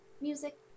music